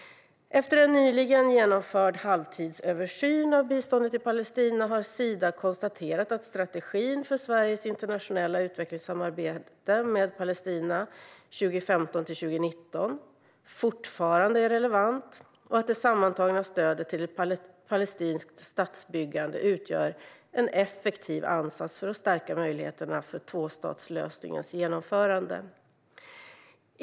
Efter en nyligen genomförd halvtidsöversyn av biståndet till Palestina har Sida konstaterat att strategin för Sveriges internationella utvecklingssamarbete med Palestina 2015-2019 fortfarande är relevant och att det sammantagna stödet till ett palestinskt statsbyggande utgör en effektiv ansats för att stärka möjligheterna för tvåstatslösningens genomförande.